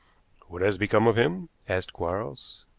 what has become of him? asked quarles.